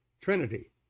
Trinity